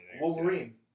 Wolverine